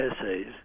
essays